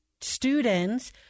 students